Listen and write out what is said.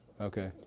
okay